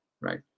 right